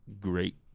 Great